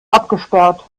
abgesperrt